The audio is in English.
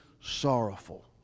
sorrowful